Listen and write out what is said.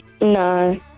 No